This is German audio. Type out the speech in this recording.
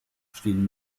stehen